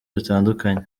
dutandukanye